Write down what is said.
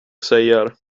säger